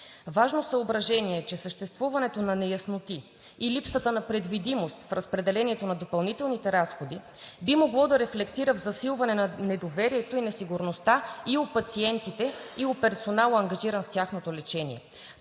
Важно съображение е, че съществуването на неясноти и липсата на предвидимост в разпределението на допълнителните разходи би могло да рефлектира в засилване на недоверието и несигурността и у пациентите, и у персонала, ангажиран с тяхното лечение.